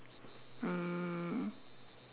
mm